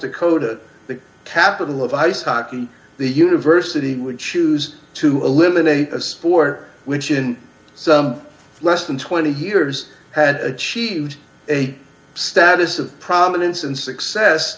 dakota the capital of ice hockey the university would choose to eliminate us for which in some less than twenty years had achieved a status of prominence and success